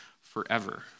forever